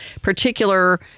particular